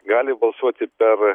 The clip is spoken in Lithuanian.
gali balsuoti per